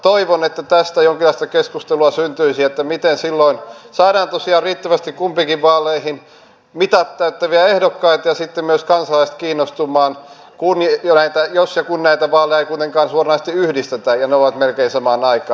toivon että tästä jonkinlaista keskustelua syntyisi miten silloin saadaan tosiaan riittävästi kumpiinkin vaaleihin mitat täyttäviä ehdokkaita ja sitten myös kansalaiset kiinnostumaan jos ja kun näitä vaaleja ei kuitenkaan suoranaisesti yhdistetä ja ne ovat melkein samaan aikaan